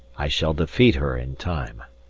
i shall defeat her in time.